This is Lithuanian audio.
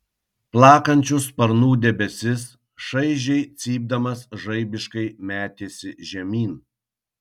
plakančių sparnų debesis šaižiai cypdamas žaibiškai metėsi žemyn